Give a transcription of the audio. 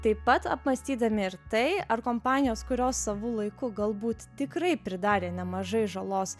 taip pat apmąstydami ir tai ar kompanijos kurios savu laiku galbūt tikrai pridarė nemažai žalos